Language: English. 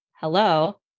Hello